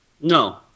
No